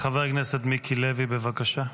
חבר הכנסת מיקי לוי, בבקשה.